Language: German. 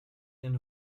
den